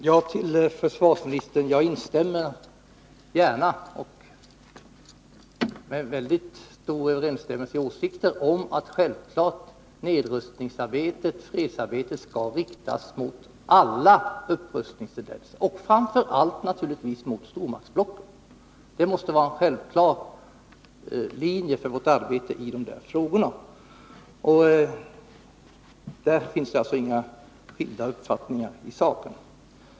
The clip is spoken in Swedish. Herr talman! Jag instämmer gärna i försvarsministerns uttalande — det är väldigt stor överensstämmelse i åsikter — om att nedrustningsarbetet, fredsarbetet, självfallet skall riktas mot alla upprustningstendenser och framför allt naturligtvis mot stormaktsblocken. Det måste vara en självklar linje för vårt arbete i de här frågorna, och där finns det alltså inga skilda uppfattningar i sak.